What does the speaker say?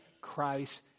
Christ